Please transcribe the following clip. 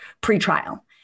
pre-trial